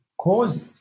causes